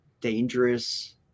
dangerous